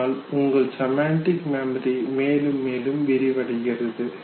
இதனால் உங்கள் semantic memory மேலும் மேலும் விரிவடைகிறது